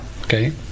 Okay